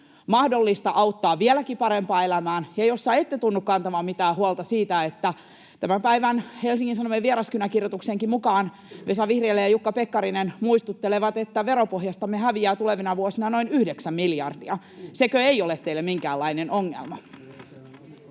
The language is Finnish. mahdollista auttaa vieläkin parempaan elämään ja jossa ette tunnu kantavan mitään huolta siitä, että tämän päivän Helsingin Sanomien Vieraskynä-kirjoituksen mukaan Vesa Vihriälä ja Jukka Pekkarinenkin muistuttelevat, että veropohjastamme häviää tulevina vuosina noin yhdeksän miljardia? Sekö ei ole teille minkäänlainen ongelma?